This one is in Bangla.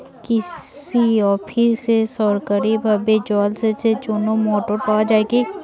কৃষি অফিসে সরকারিভাবে জল সেচের জন্য মোটর পাওয়া যায় কি?